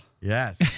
Yes